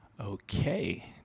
okay